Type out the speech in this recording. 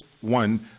one